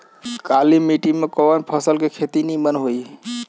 काली माटी में कवन फसल के खेती नीमन होई?